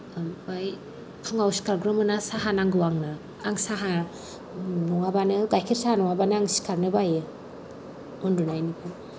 ओमफ्राय फुङाव सिखारग्रोमोना साहा नांगौ आंनो आं साहा नङाबानो गाइखेर साह नङाबानो आं सिखारनो बायो उन्दुनायनिफ्राय